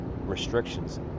restrictions